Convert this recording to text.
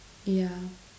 yeah